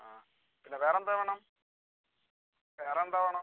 ആ പിന്നെ വേറെ എന്ത് വേണം വേറെ എന്ത് വേണം